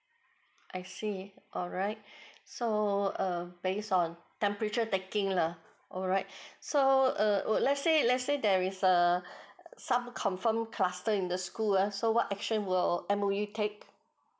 I see alright so err based on temperature taking lah alright so err lets say lets say there is a some confirm cluster in the school err so what action will M_O_E take